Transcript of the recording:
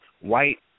white